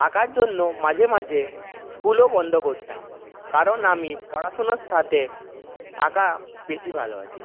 আঁকার জন্য মাঝে মাঝে স্কুলও বন্ধ করতাম কারণ আমি পড়াশোনার সাথে আঁকা বেশি ভালোবাসি